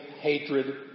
hatred